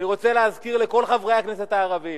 אני רוצה להזכיר לכל חברי הכנסת הערבים.